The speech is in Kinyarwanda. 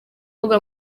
mbuga